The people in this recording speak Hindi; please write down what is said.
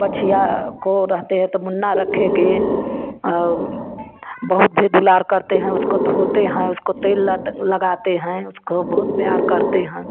बछिया को रहते है तो मुन्ना रखेंगे और बहुत भी दुलार करते हैं उसको धोते हैं उसको तेल लगाते हैं उसको बहुत प्यार करती हैं